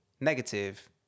negative